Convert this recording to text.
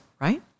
right